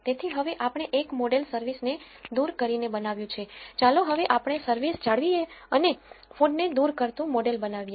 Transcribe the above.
તેથી હવે આપણે એક મોડેલ service ને દૂર કરીને બનાવ્યું છે ચાલો હવે આપણે service જાળવીએ અને food ને દૂર કરતું મોડેલ બનાવીએ